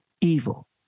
evil